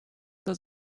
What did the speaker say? does